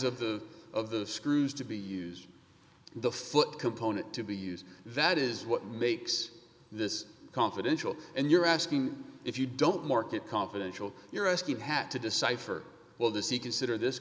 of the of the screws to be used the foot component to be used that is what makes this confidential and you're asking if you don't market confidential you're asking had to decipher well the sea consider this